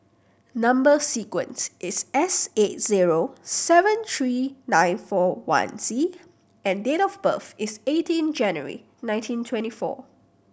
number sequence is S eight zero seven three nine four one Z and date of birth is eighteen January nineteen twenty four